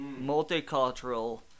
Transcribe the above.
multicultural